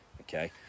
okay